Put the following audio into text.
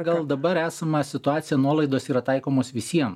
pagal dabar esamą situaciją nuolaidos yra taikomos visiem